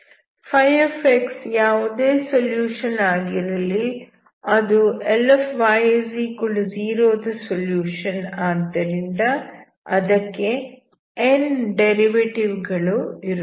φ ಯಾವುದೇ ಸೊಲ್ಯೂಷನ್ ಆಗಿರಲಿ ಅದು Ly0 ದ ಸೊಲ್ಯೂಷನ್ ಆದ್ದರಿಂದ ಅದಕ್ಕೆ n ಡೇರಿವೆಟಿವ್ ಗಳು ಇರುತ್ತವೆ